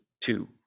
two